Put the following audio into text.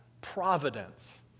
providence